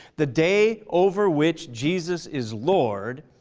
the day over which jesus is lord,